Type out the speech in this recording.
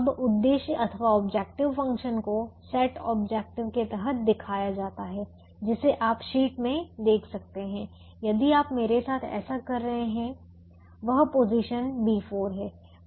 अब उद्देश्य अथवा ऑब्जेक्टिव फंक्शन को सेट ऑब्जेक्टिव के तहत दिखाया जाता है जिसे आप शीट में देख सकते हैं यदि आप मेरे साथ ऐसा कर रहे हैं वह पोजीशन B4 है